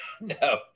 No